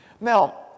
Now